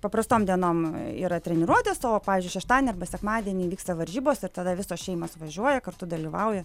paprastom dienom yra treniruotės o pavyzdžiui šeštadienį arba sekmadienį vyksta varžybos ir tada visos šeimos važiuoja kartu dalyvauja